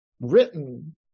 written